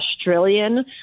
Australian